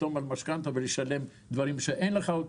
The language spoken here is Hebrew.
לחתום על משכנתא ולשלם דברים שאין לך.